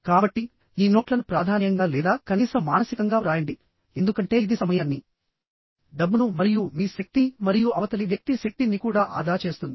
కాబట్టిఈ నోట్లను ప్రాధాన్యంగా లేదా కనీసం మానసికంగా వ్రాయండిఎందుకంటే ఇది సమయాన్ని డబ్బును మరియు మీ శక్తి మరియు అవతలి వ్యక్తి శక్తి ని కూడా ఆదా చేస్తుంది